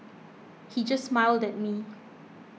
he just smiled that me